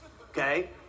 okay